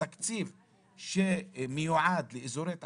שהתקציב שמיועד לאזורי תעסוקה,